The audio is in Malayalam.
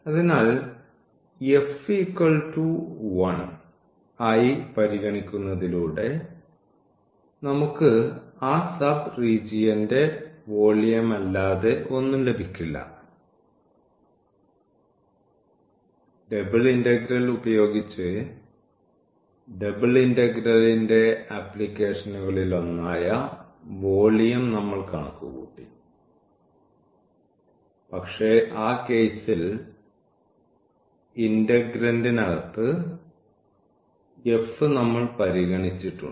അതിനാൽ ഈ f1 ആയി പരിഗണിക്കുന്നതിലൂടെ നമുക്ക് ആ സബ് റീജിയൻറെ വോളിയം അല്ലാതെ ഒന്നും ലഭിക്കില്ല ഡബിൾ ഇന്റഗ്രൽ ഉപയോഗിച്ച് ഡബിൾ ഇന്റഗ്രലിന്റെ ആപ്ലിക്കേഷനുകളിലൊന്നായ വോളിയം നമ്മൾ കണക്കുകൂട്ടി പക്ഷേ ആ കേസിൽ ഇന്റഗ്രന്റിനകത്ത് f നമ്മൾ പരിഗണിച്ചിട്ടുണ്ട്